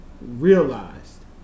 realized